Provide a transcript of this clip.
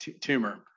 tumor